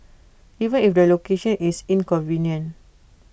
even if the location is inconvenient